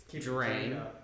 drain